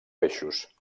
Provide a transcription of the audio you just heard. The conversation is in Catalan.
peixos